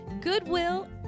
goodwill